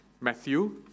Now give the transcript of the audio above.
Matthew